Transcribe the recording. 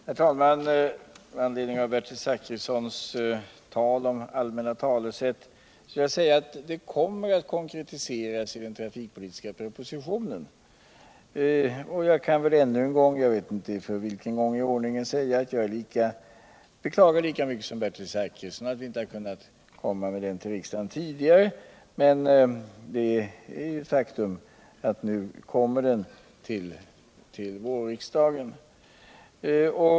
Herr talman! Med anledning av Bertil Zachrissons ord om allmänna talesätt vill jag säga att det kommer en konkretisering i den trafikpolitiska propositionen. Jag kan väl ännu en gång — jag vet inte för vilken gång i ordningen — förklara att jag beklagar lika mycket som Bertil Zachrisson att vi inte har kunnat komma med propositionen till riksdagen tidigare, men det är ett faktum att den nu kommer till vårens riksmöte.